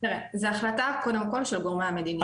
תראה, זה החלטה קודם כל של גורמי המדיניות.